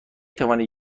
توانید